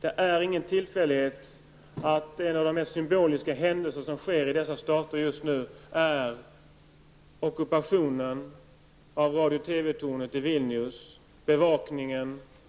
Det är ingen tillfällighet att en av de mest symboliska händelser som sker i dessa stater just nu är ockupationen av radio och TV-tornet i Vilnius